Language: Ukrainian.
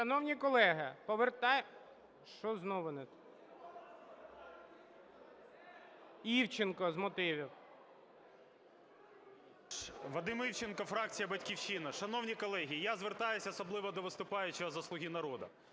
Шановні колеги, я звертаюсь, особливо до виступаючого зі "Слуги народу".